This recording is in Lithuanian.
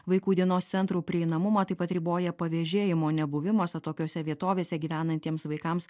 vaikų dienos centrų prieinamumą taip pat riboja pavėžėjimo nebuvimas atokiose vietovėse gyvenantiems vaikams